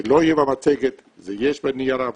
זה לא יהיה במצגת, יש את זה בנייר העבודה,